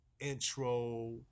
Intro